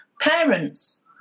parents